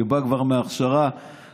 היא כבר באה מההכשרה המקצועית.